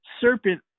serpent